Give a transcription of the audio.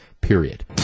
period